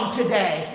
today